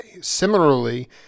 Similarly